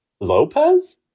Lopez